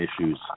issues